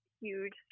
huge